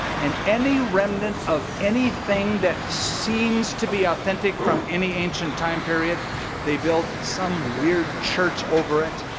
and any remnant of anything that seems to be authentic from any ancient time period they build some weird church over it,